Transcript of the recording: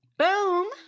Boom